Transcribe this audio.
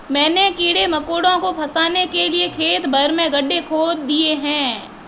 मैंने कीड़े मकोड़ों को फसाने के लिए खेत भर में गड्ढे खोद दिए हैं